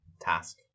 task